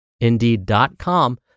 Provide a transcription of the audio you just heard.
indeed.com